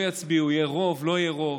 יצביעו, לא יצביעו, יהיה רוב, לא יהיה רוב.